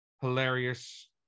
Hilarious